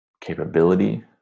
capability